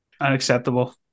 Unacceptable